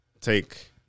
Take